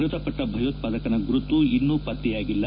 ಮೃತಪಟ್ಟ ಭಯೋತ್ಪಾದಕನ ಗುರುತು ಇನ್ನೂ ಪತ್ತೆಯಾಗಿಲ್ಲ